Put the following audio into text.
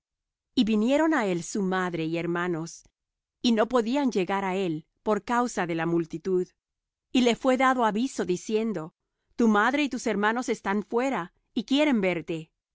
y vinieron á él su madre y hermanos y no podían llegar á el por causa de la multitud y le fué dado aviso diciendo tu madre y tus hermanos están fuera que quieren verte